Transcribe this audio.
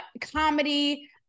comedy